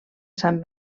sant